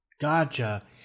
Gotcha